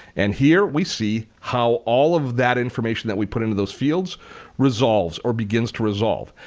and here we see how all of that information that we've put into those fields resolves or begins to resolve.